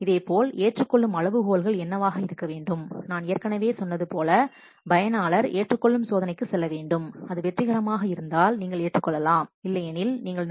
இதேபோல் ஏற்றுக்கொள்ளும் அளவுகோல்கள் என்னவாக இருக்க வேண்டும் நான் ஏற்கனவே சொன்னது போல் பயனாளர் ஏற்றுக்கொள்ளும் சோதனைக்கு செல்ல வேண்டும் அது வெற்றிகரமாக இருந்தால் நீங்கள் ஏற்றுக்கொள்ளலாம் இல்லையெனில் நீங்கள் நிராகரிக்கலாம்